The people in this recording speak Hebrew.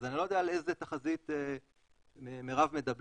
אז אני לא יודע על איזה תחזית מרב מדברת,